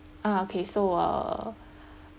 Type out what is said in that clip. ah okay so uh